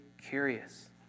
curious